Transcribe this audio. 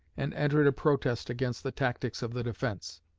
and entered a protest against the tactics of the defense.